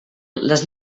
les